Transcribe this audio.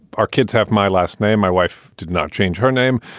our kids have my last name. my wife did not change her name.